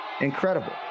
Incredible